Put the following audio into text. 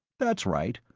that's right.